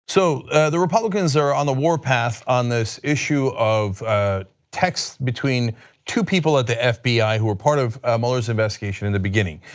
so the republicans are on the warpath on this issue of texts between two people at the fbi who were part of mueller's investigation in the beginning,